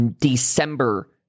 December